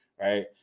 right